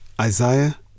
Isaiah